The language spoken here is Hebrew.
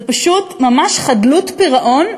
זה פשוט ממש חדלות פירעון,